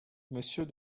monsieur